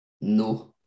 No